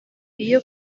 iyo